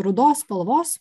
rudos spalvos